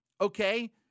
okay